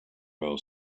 girl